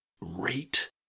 rate